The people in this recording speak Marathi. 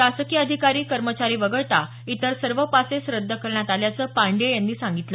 शासकीय अधिकारी कर्मचारी वगळता इतर सर्व पासेस रद्द करण्यात आल्याचं पांडेय यांनी सांगितलं